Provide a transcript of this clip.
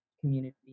community